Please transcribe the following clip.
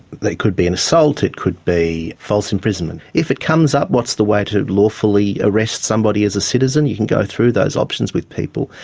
it could be an assault, it could be false imprisonment. if it comes up, what's the way to lawfully arrest somebody as a citizen, you can go through those options with people,